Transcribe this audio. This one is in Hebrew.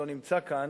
לא נמצא כאן,